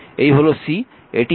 এই হল c এটি Rc